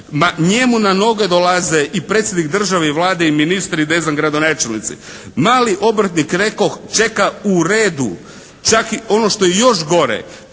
njemu na noge dolaze i predsjednik države i Vlade i ministri i ne znam gradonačelnici. Mali obrtnik rekoh čeka u redu. Čak i ono što je još gore,